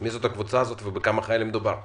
מי זאת הקבוצה הזאת, ובכמה חיילים מדובר?